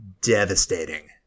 Devastating